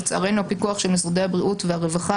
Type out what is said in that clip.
לצערנו הפיקוח של משרדי הבריאות והרווחה